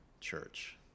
church